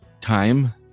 time